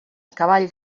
cavall